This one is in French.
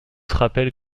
rappelle